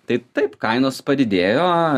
tai taip kainos padidėjo